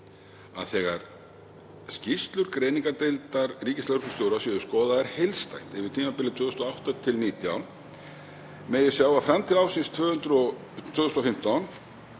að þegar skýrslur greiningardeildar ríkislögreglustjóra séu skoðaðar heildstætt yfir tímabilið 2008–2019 megi sjá að fram til ársins 2015